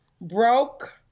broke